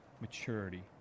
maturity